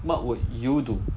what would you do